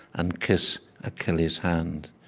and kiss achilles' hand,